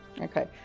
Okay